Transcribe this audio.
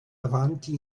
avanti